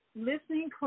listening